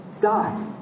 die